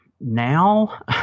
now